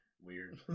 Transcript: Weird